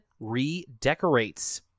redecorates